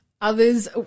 others